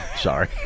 Sorry